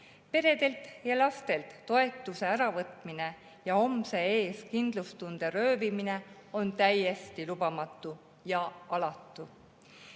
Peredelt ja lastelt toetuse äravõtmine ja homse ees kindlustunde röövimine on täiesti lubamatu ja alatu.